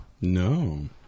no